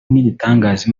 nk’igitangaza